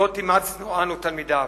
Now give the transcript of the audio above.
זאת אימצנו אנו, תלמידיו,